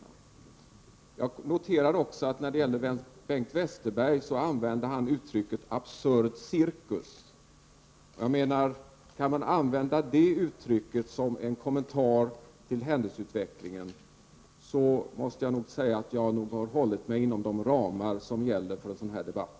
Jag noterade också att Bengt Westerberg använde uttrycket absurd cirkus. Kan man använda det uttrycket som en kommentar till händelseutvecklingen måste jag nog säga att jag hållit mig inom de ramar som gäller för en sådan här debatt.